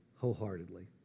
wholeheartedly